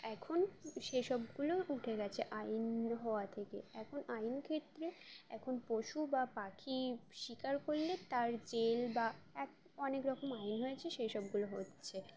এখন সেসবগুলো উঠে গেছে আইন হওয়া থেকে এখন আইন ক্ষেত্রে এখন পশু বা পাখি শিকার করলে তার জেল বা এক অনেক রকম আইন হয়েছে সেসবগুলো হচ্ছে